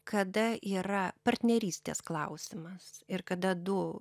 kada yra partnerystės klausimas ir kada du